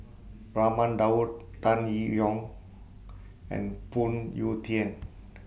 Raman Daud Tan Yee Hong and Phoon Yew Tien